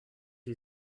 you